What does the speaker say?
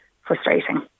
frustrating